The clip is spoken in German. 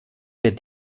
wird